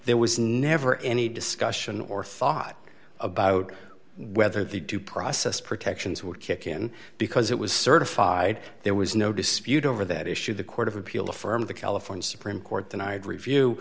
there was never any discussion or thought about whether the due process protections would kick in because it was certified there was no dispute over that issue the court of appeal affirmed the california supreme court denied review